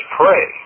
pray